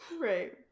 Right